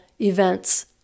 events